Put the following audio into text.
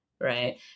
Right